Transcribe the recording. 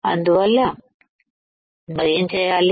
అందువల్ల మరి ఏం చేయాలి